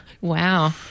Wow